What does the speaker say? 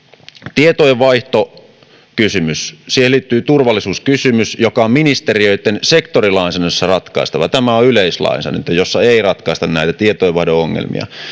tietojenvaihtokysymys siihen liittyy turvallisuuskysymys joka on ministeriöitten sektorilainsäädännössä ratkaistava tämä on yleislainsäädäntö jossa ei ratkaista näitä tietojenvaihdon ongelmia